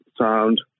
sound